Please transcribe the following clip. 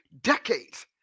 decades